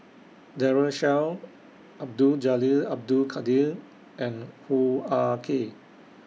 Daren Shiau Abdul Jalil Abdul Kadir and Hoo Ah Kay